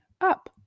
up